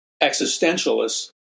existentialists